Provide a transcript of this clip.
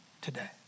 today